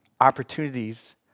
opportunities